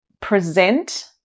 present